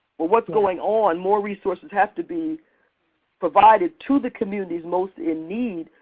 what's going on, more resources have to be provided to the communities most in need,